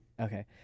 Okay